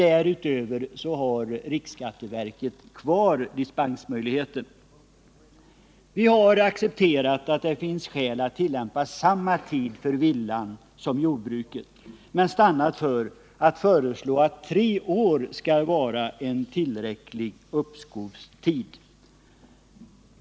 Därutöver har riksskatteverket kvar dispensmöjligheten. Vi har accepterat uppfattningen att det finns skäl att tillämpa samma tid beträffande villan som beträffande jordbruket men stannat för att tre år är en tillräcklig uppskovstid.